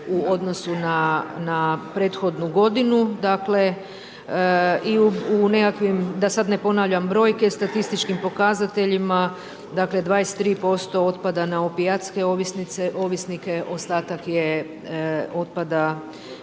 u odnosu na prethodnu godinu, dakle i u nekakvim da sad ne ponavljam brojke, statističkim pokazateljima, dakle 23% otpada na opijatske ovisnike, ostatak otpada